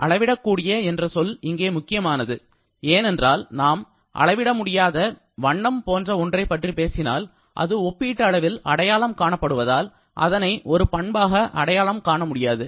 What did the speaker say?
அளவிடக்கூடிய சொல் இங்கே முக்கியமானது ஏனென்றால் நாம் அளவிட முடியாத வண்ணம் போன்ற ஒன்றைப் பற்றி பேசினால் அது ஒப்பீட்டளவில் அடையாளம் காணப்படுவதால் அதனை ஒரு பண்பாக அடையாளம் காண முடியாது